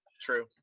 True